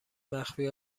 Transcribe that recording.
مخفی